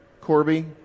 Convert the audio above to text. Corby